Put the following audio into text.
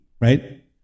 right